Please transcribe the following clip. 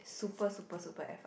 super super super F up